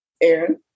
Aaron